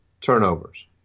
turnovers